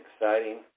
exciting